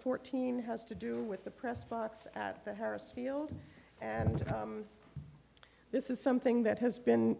fourteen has to do with the press box at the harris field and this is something that has been